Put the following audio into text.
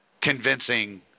convincing